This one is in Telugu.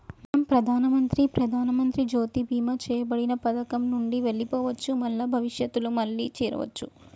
మనం ప్రధానమంత్రి ప్రధానమంత్రి జ్యోతి బీమా చేయబడిన పథకం నుండి వెళ్లిపోవచ్చు మల్ల భవిష్యత్తులో మళ్లీ చేరవచ్చు